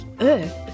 earth